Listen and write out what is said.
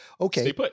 Okay